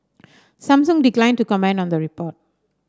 Samsung declined to comment on the report